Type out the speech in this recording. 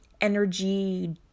energy